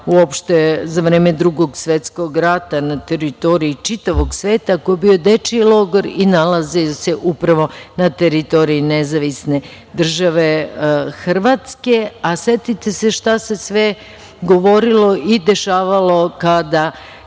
uopšte za vreme Drugog svetskog rata na teritoriji čitavog sveta, a koji je bio dečiji logor i nalazio se upravo na teritoriji Nezavisne države Hrvatske. Setite se šta se sve govorilo i dešavalo kada